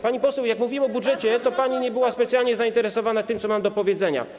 Pani poseł, jak mówiłem o budżecie, to pani nie była specjalnie zainteresowana tym, co mam do powiedzenia.